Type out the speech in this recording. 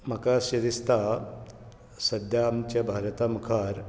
म्हाका अशें दिसता सद्द्या आमच्या भारता मुखार